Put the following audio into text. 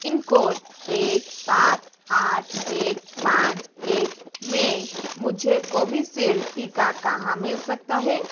pin code एक सात आठ एक पाँच एक में मुझे कोविशील्ड टीका कहाँ मिल सकता है